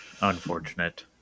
Unfortunate